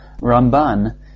Ramban